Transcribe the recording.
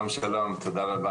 תודה רבה